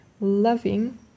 loving